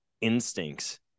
instincts